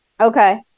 Okay